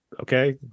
Okay